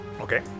Okay